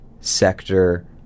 sector